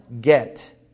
get